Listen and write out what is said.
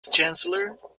chancellor